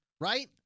Right